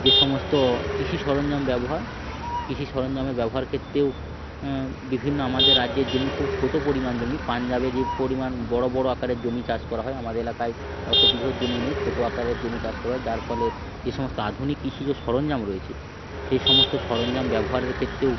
যে সমস্ত কৃষি সরঞ্জাম ব্যবহার কৃষি সরঞ্জামের ব্যবহার ক্ষেত্রেও বিভিন্ন আমাদের রাজ্যের জমি খুব ছোটো পরিমাণ জমি পাঞ্জাবে যে পরিমাণ বড় বড় আকারের জমি চাষ করা হয় আমাদের এলাকায় অত বৃহৎ জমি নেই ছোটো আকারের জমি চাষ করা হয় যার ফলে যে সমস্ত আধুনিক কৃষিজ সরঞ্জাম রয়েছে সেই সমস্ত সরঞ্জাম ব্যবহারের ক্ষেত্রেও